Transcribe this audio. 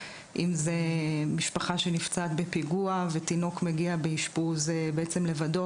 אם זה משפחה שנפצעת בפיגוע ותינוק מגיע באשפוז לבדו,